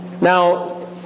Now